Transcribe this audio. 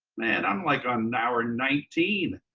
man, i'm like on hour nineteen.